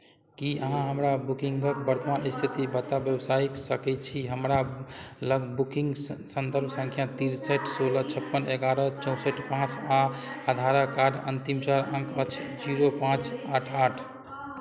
कि अहाँ हमरा बुकिन्गके वर्तमान इस्थिति बता व्यावसायिक सकै छी हमरा लग बुकिन्ग सन्दर्भ सँख्या तिरसठ सोलह छप्पन एगारह चौँसठि पाँच आओर आधार कार्ड अन्तिम चारि अङ्क अछि जीरो पाँच आठ आठ